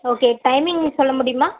okay timing சொல்ல முடியுமா